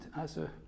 Asa